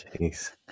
Jeez